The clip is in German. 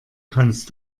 kannst